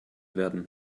werden